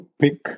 pick